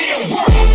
work